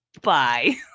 bye